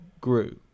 grew